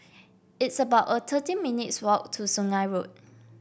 it's about a thirteen minutes' walk to Sungei Road